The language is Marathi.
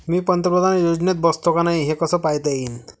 मी पंतप्रधान योजनेत बसतो का नाय, हे कस पायता येईन?